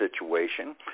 situation